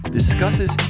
discusses